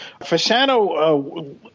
Fasano